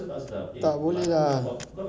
tak boleh ah